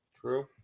True